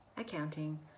accounting